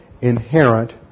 inherent